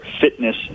fitness